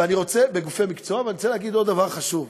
ואני רוצה להגיד עוד דבר חשוב: